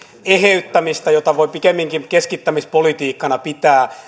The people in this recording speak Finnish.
eheyttämistä jota voi pikemminkin keskittämispolitiikkana pitää